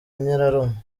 nyirarume